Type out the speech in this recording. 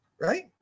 Right